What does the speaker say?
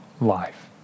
life